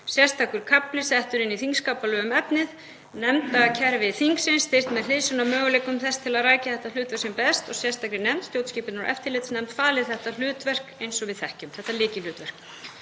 sérstakur kafli settur inn í þingskapalög um efnið, nefndakerfi þingsins styrkt með hliðsjón af möguleikum þess til að rækja þetta hlutverk sem best og sérstakri nefnd, stjórnskipunar- og eftirlitsnefnd, falið þetta hlutverk eins og við þekkjum, þetta lykilhlutverk.